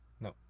No